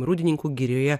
rūdninkų girioje